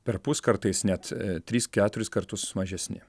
perpus kartais net tris keturis kartus mažesni